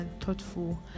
thoughtful